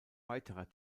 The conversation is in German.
weiterer